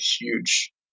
huge